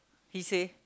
he say